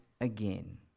again